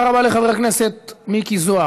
הפנייה הייתה כמובן מעיריית תל אביב,